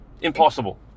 Impossible